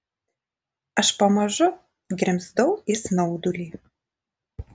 aš pamažu grimzdau į snaudulį